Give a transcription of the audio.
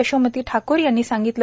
यशोमती ठाकूर यांनी सांगितले